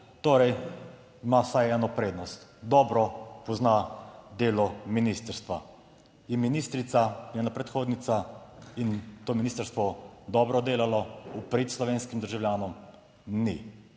torej ima vsaj eno prednost, dobro pozna delo ministrstva. Je ministrica njena predhodnica in to ministrstvo dobro delalo v prid slovenskim državljanom? Ni.